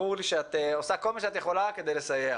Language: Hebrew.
ברור לי שאת עושה כל מה שאת יכולה כדי לסייע,